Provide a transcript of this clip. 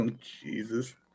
Jesus